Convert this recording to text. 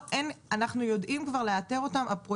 הן גם רוצות לטפל בזה, הן